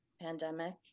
pandemic